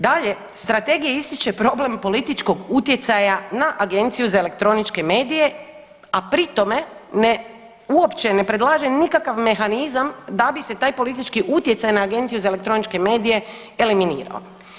Dalje, strategija ističe problem političkog utjecaja na Agenciju za elektroničke medije, a pri tome uopće ne predlaže nikakav mehanizam da bi se taj politički utjecaj na Agenciju za elektroničke medije eliminirao.